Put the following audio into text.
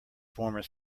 former